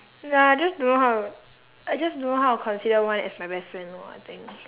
ya I just don't know how to I just don't know how to consider one as my best friend lor I think